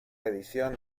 edición